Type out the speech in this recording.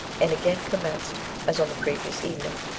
and again commenced as on the previous evening.